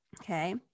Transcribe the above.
okay